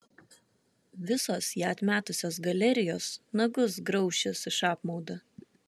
visos ją atmetusios galerijos nagus graušis iš apmaudo